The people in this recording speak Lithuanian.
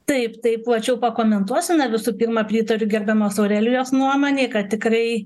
taip tai plačiau pakomentuosiu na visų pirma pritariu gerbiamos aurelijos nuomonei kad tikrai